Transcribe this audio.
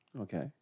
Okay